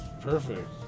perfect